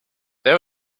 there